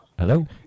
Hello